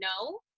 no